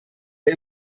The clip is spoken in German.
der